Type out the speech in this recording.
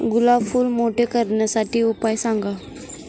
गुलाब फूल मोठे करण्यासाठी उपाय सांगा?